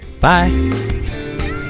Bye